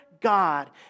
God